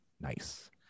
Nice